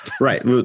right